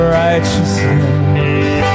righteousness